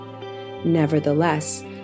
Nevertheless